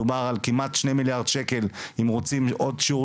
מדובר על כמעט שני מיליארד שקל אם רוצים עוד שיעור